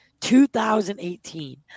2018